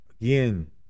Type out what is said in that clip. Again